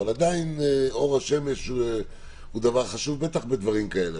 אבל עדיין אור השמש הוא דבר חשוב ובטח בדברים כאלה.